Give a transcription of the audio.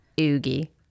oogie